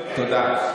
תודה.